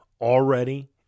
already